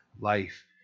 life